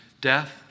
death